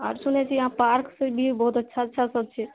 आर सुनै छी यहाँ पार्क सब भी बहुत अच्छा अच्छा सब छै